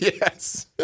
Yes